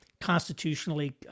constitutionally